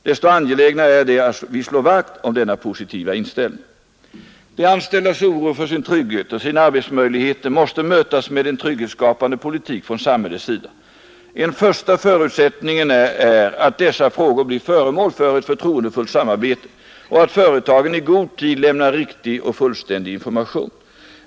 Desto angelägnare är det att vi slår vakt om denna positiva inställning. Den anställdes oro för sin trygghet och sina arbetsmöjligheter måste mötas med en trygghetsskapande politik från samhällets sida. En första förutsättning är att dessa frågor blir föremål för ett förtroendefullt samarbete och att företagen i god tid lämnar riktig och fullständig information.